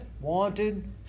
Wanted